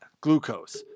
glucose